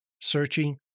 searching